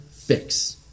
fix